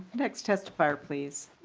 next testifier please.